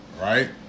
right